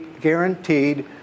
guaranteed